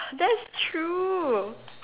that's true